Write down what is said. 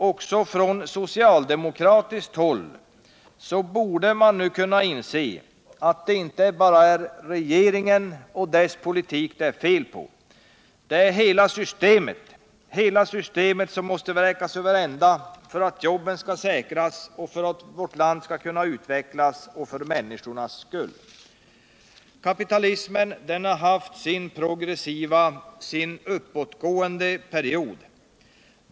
Också på socialdemokratiskt håll borde man nu kunna inse att det inte bara är regeringen och dess politik det är fel på. Det är hela systemet som måste vräkas över ända för att jobben skall säkras, för att vårt land skall utvecklas — och för människornas skull. Kapitalismen har haft sin progressiva, sin uppåtgående period.